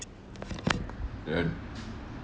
done